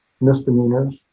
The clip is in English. misdemeanors